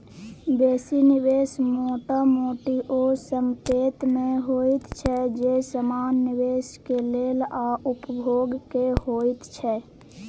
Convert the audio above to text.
बेसी निवेश मोटा मोटी ओ संपेत में होइत छै जे समान निवेश के लेल आ उपभोग के होइत छै